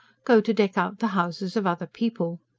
go to deck out the houses of other people.